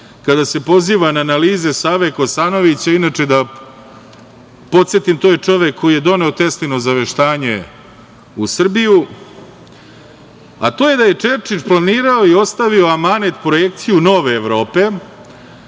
kada se poziva na analize Save Kosanovića, inače da podsetim to je čovek koji je doneo Teslino zaveštanje u Srbiju, a to je da je Čerčil planirao i ostavio u amanet projekciju nove Evrope